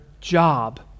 job